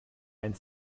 ein